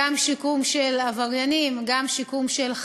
גם שיקום של עבריינים, גם שיקום של חייבים.